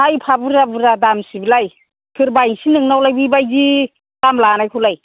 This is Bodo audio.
मा एफा बुरजा बुरजा दामसि बेलाय सोर बायनोसि नोंनावलाय बेबायदि दाम लानायखौलाय